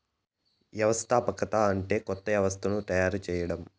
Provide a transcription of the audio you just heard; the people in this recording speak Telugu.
వ్యవస్థాపకత అంటే కొత్త వ్యవస్థను తయారు చేయడం